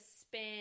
spin